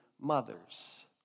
mothers